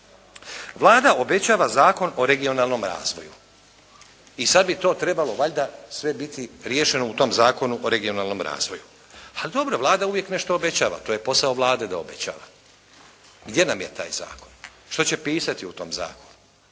Vlada obećava Zakon o regionalnom razvoju i sad bi to trebalo valjda biti sve riješeno u tom Zakonu o regionalnom razvoju. Ali dobro, Vlada uvijek nešto obećava, to je posao Vlade da obećava. Gdje nam je taj zakon? Što će pisati u tom zakonu?